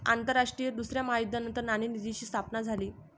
आंतरराष्ट्रीय दुसऱ्या महायुद्धानंतर नाणेनिधीची स्थापना झाली